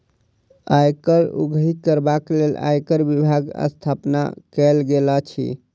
आयकर उगाही करबाक लेल आयकर विभागक स्थापना कयल गेल अछि